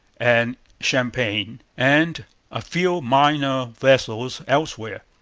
and champlain and a few minor vessels elsewhere.